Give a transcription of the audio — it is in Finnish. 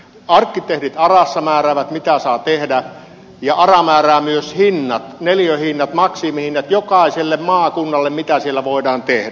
arkkitehdit arassa määräävät mitä saa tehdä ja ara määrää myös hinnat neliöhinnat maksimihinnat sille jokaiselle maakunnalle mitä siellä voidaan tehdä